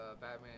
Batman